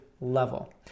level